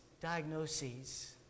diagnoses